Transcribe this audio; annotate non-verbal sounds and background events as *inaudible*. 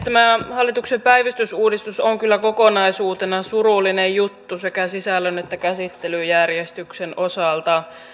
*unintelligible* tämä hallituksen päivystysuudistus on kyllä kokonaisuutena surullinen juttu sekä sisällön että käsittelyjärjestyksen osalta